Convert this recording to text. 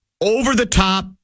over-the-top